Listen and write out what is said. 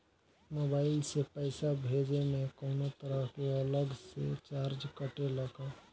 Mobile से पैसा भेजे मे कौनों तरह के अलग से चार्ज कटेला का?